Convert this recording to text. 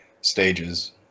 stages